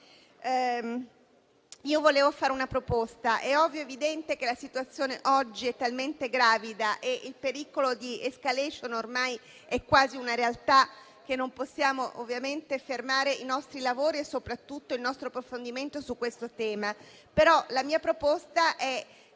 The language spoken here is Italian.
Vorrei fare una proposta: è evidente che la situazione oggi è gravida e il pericolo di *escalation* è ormai quasi una realtà, ma non possiamo ovviamente fermare i nostri lavori e soprattutto il nostro approfondimento su questo tema; la mia proposta è,